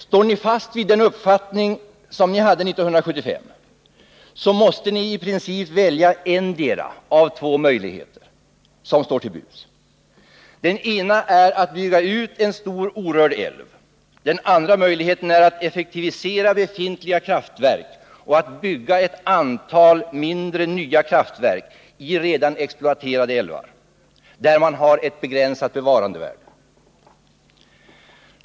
Står ni fast vid den uppfattning ni hade 1975, så måste ni i princip välja endera av de två möjligheter som står till buds. Den ena är att bygga ut en stor orörd älv, den andra möjligheten är att effektivisera befintliga kraftverk och att bygga ett antal mindre, nya kraftverk i redan exploaterade älvar med begränsade bevarandevärden.